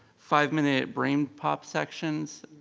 five minute brain pop sessions.